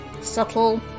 Subtle